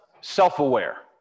self-aware